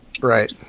right